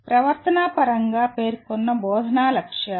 ప్రవర్తనా పరంగా పేర్కొన్న బోధనా లక్ష్యాలు